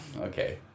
okay